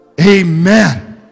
Amen